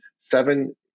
seven